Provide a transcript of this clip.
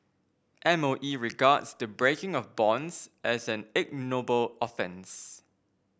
M O E regards the breaking of bonds as an ignoble offence